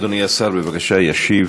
אדוני השר, בבקשה, ישיב